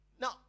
Now